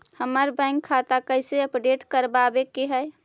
हमर बैंक खाता कैसे अपडेट करबाबे के है?